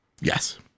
Yes